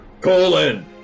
colon